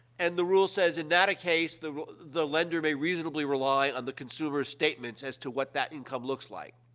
and the rule says, in that case, the the lender may reasonably rely on the consumer's statements as to what that income looks like.